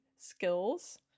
skills